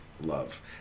love